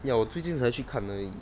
ya 我最近才去看而已